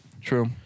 True